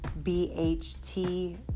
BHT